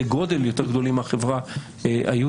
גודל יותר גדולים מאשר בחברה היהודית.